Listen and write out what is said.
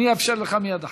אאפשר לך מייד אחריו.